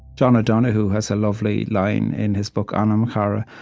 john o'donohue has a lovely line in his book anam cara,